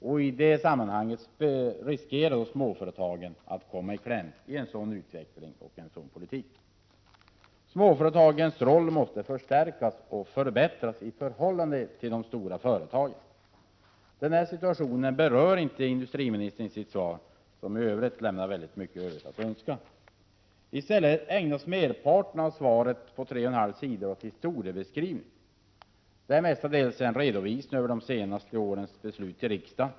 I en sådan utveckling och med en sådan politik riskerar småföretagen att komma i kläm. Småföretagens roll måste förstärkas och förbättras i förhållande till de stora företagen. Den situationen berör inte industriministern i sitt svar, som lämnar mycket övrigt att önska. I stället ägnas merparten av svarets tre och en halv sida åt historiebeskrivning. Det är mestadels en redovisning av de senaste årens beslut i riksdagen.